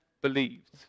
believed